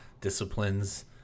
disciplines